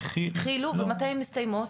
התחיל ומתי הוא מסתיים?